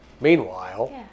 Meanwhile